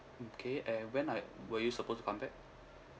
okay and when are were you supposed to come back